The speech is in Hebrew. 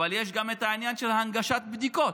אבל יש גם את העניין של הנגשת בדיקות,